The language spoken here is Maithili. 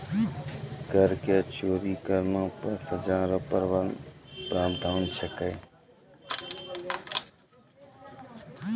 कर के चोरी करना पर सजा रो प्रावधान छै